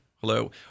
hello